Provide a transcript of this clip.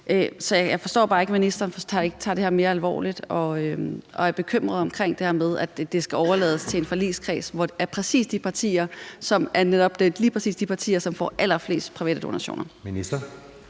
Så jeg forstår bare ikke, at ministeren ikke tager det her mere alvorligt og er bekymret over det her med, at det skal overlades til en forligskreds af lige præcis de partier, som får allerflest private donationer.